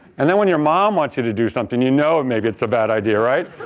and then when your mom wants you to do something, you know maybe it's a bad idea, right?